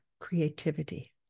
creativity